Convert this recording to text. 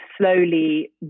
slowly